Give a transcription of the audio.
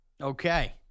Okay